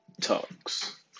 Talks